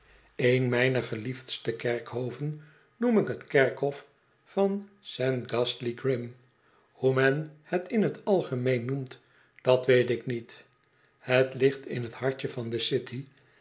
een mijner geliefdste kerkhoven noem ik het kerkhof van saint g hastly grim hoe men het in t algemeen noemt dat weet ik niet het ligt in t hartje van de city